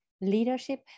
leadership